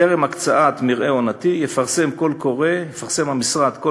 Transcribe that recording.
טרם הקצאת מרעה עונתי יפרסם המשרד קול